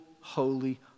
holy